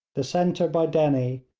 the centre by dennie,